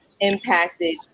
impacted